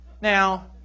now